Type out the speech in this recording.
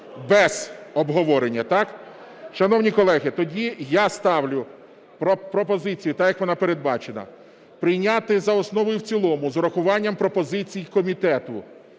без обговорення, так? Шановні колеги, тоді я ставлю пропозицію, так як вона передбачена, прийняти за основу і в цілому з урахуванням пропозицій комітету,